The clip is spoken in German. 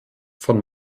von